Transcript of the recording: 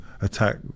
attack